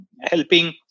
helping